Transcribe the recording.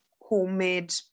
homemade